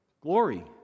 glory